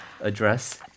address